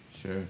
Sure